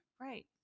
right